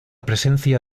presencia